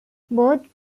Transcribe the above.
both